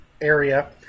area